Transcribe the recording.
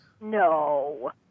No